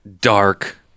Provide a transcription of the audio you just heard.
dark